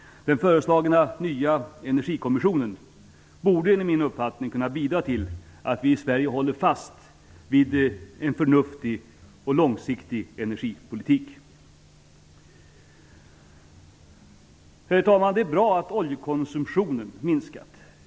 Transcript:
Den föreslagna nya energikommissionen borde enligt min mening kunna bidra till att vi i Sverige håller fast vid en förnuftig och långsiktig energipolitik. Herr talman! Det är bra att oljekonsumtionen minskat.